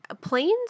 Planes